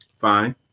Fine